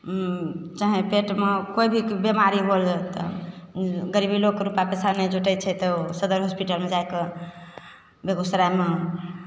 चाहे पेटमे कोइ भी बेमारी होइ हइ तऽ गरीब लोक रुपा पइसा नहि जुटै छै तऽ ओ सदर हॉस्पिटलमे जाके बेगूसरायमे